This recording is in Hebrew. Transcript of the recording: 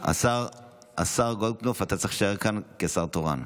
השר גולדקנופ, אתה צריך להישאר כאן כשר תורן.